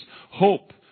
hope